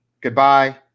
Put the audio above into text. Goodbye